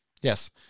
Yes